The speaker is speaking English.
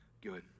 good